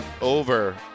over